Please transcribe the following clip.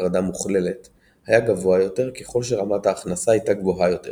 חרדה מוכללת היה גבוה יותר ככל שרמת ההכנסה הייתה גבוהה יותר